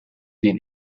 den